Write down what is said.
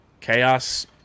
Chaos